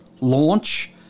launch